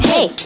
Hey